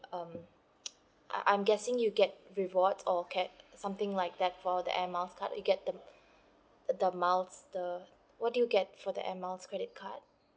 um I I'm guessing you get rewards or get something like that for the air miles card you get the the miles the what do you get for the air miles credit card